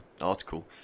article